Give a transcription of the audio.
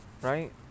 Right